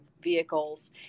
vehicles